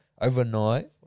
overnight